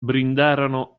brindarono